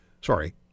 Sorry